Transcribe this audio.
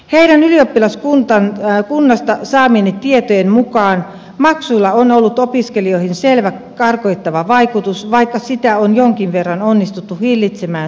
sen ylioppilaskunnasta saamieni tietojen mukaan maksuilla on ollut opiskelijoihin selvä karkottava vaikutus vaikka sitä on jonkin verran onnistuttu hillitsemään stipendeillä